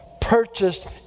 purchased